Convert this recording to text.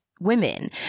women